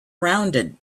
rounded